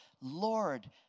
Lord